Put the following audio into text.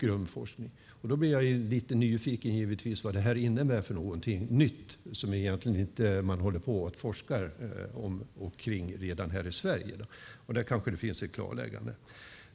Jag är lite nyfiken vad det innebär för någonting nytt som man inte redan håller på att forska om redan här i Sverige. Där kanske det finns ett klarläggande.